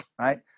Right